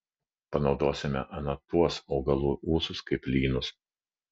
panaudosime ana tuos augalų ūsus kaip lynus